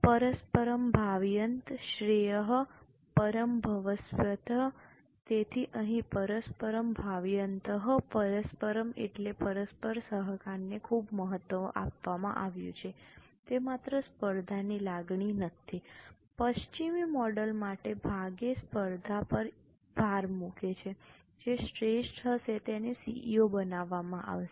પરસ્પરમ ભાવયન્તઃ શ્રેયઃ પરમ ભવપ્સ્યથઃ તેથી અહીં પરસ્પરમ ભાવયન્તઃ પરસ્પરમ એટલે પરસ્પર સહકારને ખૂબ જ મહત્વ આપવામાં આવ્યું છે તે માત્ર સ્પર્ધાની લાગણી નથી પશ્ચિમી મોડેલ મોટે ભાગે સ્પર્ધા પર ભાર મૂકે છે જે શ્રેષ્ઠ હશે તેને સીઇઓ બનાવવામાં આવશે